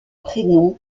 prénom